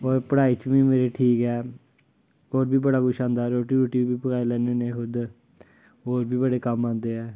होर पढ़ाई च बी मेरी ठीक ऐ होर बी बड़ा कुछ आंदा रुट्टी रट्टी बी पकाई लैन्ने होन्ने खुद होर बी बड़े कम्म आंदे ऐ